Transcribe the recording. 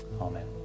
Amen